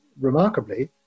remarkably